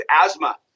asthma